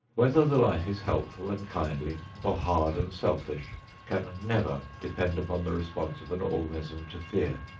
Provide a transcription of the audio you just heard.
whether the life is helpful and kindly or hard and selfish can never depend upon the response of an organism to fear,